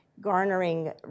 garnering